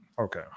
Okay